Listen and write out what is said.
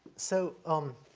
so, um,